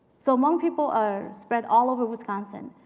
so hmong people are spread all over wisconsin,